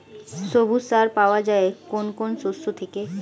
সবুজ সার পাওয়া যায় কোন কোন শস্য থেকে?